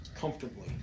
comfortably